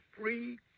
free